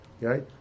right